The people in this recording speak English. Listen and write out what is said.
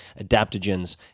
adaptogens